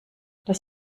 das